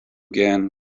again